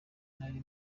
nari